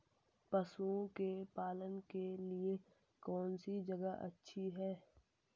पशुओं के पालन के लिए कौनसी जगह अच्छी है?